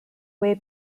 way